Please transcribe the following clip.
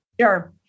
Sure